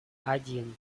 один